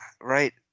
right